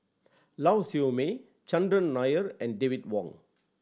Lau Siew Mei Chandran Nair and David Wong